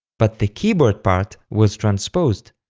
but the keyboard part was transposed,